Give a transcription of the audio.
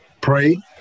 Pray